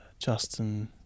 Justin